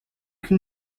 can